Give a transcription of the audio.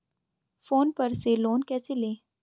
Phone पर से loan कैसे लें?